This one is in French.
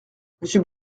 monsieur